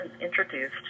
introduced